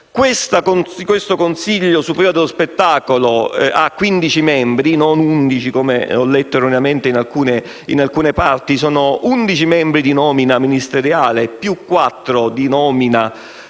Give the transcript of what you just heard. Il Consiglio superiore dello spettacolo ha 15 membri (non 11, come ho letto erroneamente in alcune parti): 11 membri sono di nomina ministeriale, 4 di nomina anch'essa